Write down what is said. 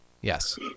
Yes